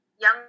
Young